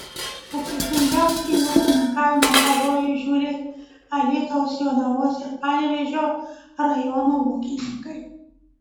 atsakingiausiai į ūkininkavimo pavojus žiūri alytaus jonavos ir panevėžio rajonų ūkininkai